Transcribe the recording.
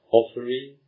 offering